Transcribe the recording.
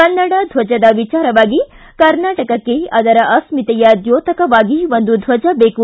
ಕನ್ನಡ ಧ್ವಜದ ವಿಚಾರವಾಗಿ ಕರ್ನಾಟಕಕ್ಕೆ ಅದರ ಅಸ್ತಿತೆಯ ಧ್ಯೋತಕವಾಗಿ ಒಂದು ಧ್ವಜ ಬೇಕು